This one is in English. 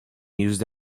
used